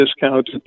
discounted